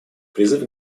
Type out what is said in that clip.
призыв